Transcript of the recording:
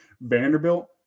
Vanderbilt